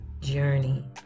journey